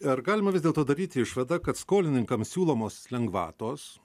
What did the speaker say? ar galima vis dėlto daryti išvadą kad skolininkam siūlomos lengvatos